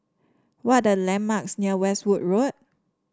what are the landmarks near Westwood Road